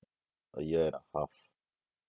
a year and a half